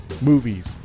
Movies